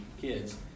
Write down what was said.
kids